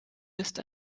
ist